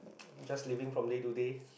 just living from day to day